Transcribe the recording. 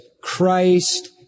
Christ